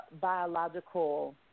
biological